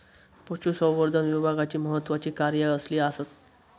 पशुसंवर्धन विभागाची महत्त्वाची कार्या कसली आसत?